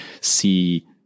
see